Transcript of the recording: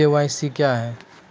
KYC क्या हैं?